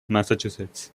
massachusetts